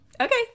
Okay